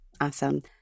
Awesome